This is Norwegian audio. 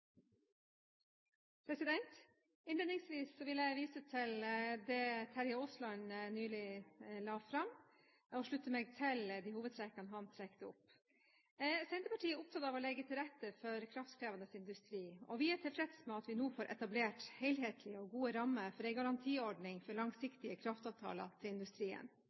saken. Innledningsvis vil jeg vise til det representanten Terje Aasland nå la fram, og slutter meg til de hovedtrekkene han kom med. Senterpartiet er opptatt av å legge til rette for kraftkrevende industri, og vi er tilfreds med at vi nå får etablert helhetlige og gode rammer for en garantiordning for langsiktige kraftavtaler med industrien.